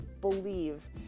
believe